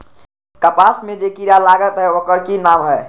कपास में जे किरा लागत है ओकर कि नाम है?